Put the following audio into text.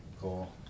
Cool